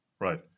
right